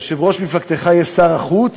יושב-ראש מפלגתך יהיה שר החוץ,